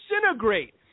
disintegrate